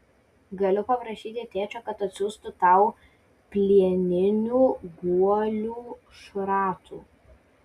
galiu paprašyti tėčio kad atsiųstų tau plieninių guolių šratų